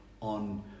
on